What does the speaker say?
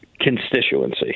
constituency